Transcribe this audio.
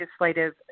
legislative